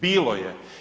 Bilo je.